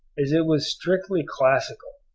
as it was strictly classical,